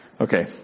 Okay